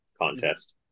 contest